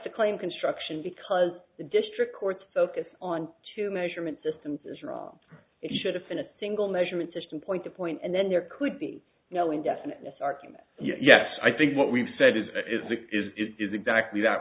to claim construction because the district court focussed on two measurement systems is wrong it should have been a single measurement system point the point and then there could be no indefiniteness argument yes i think what we've said is that is it is exactly that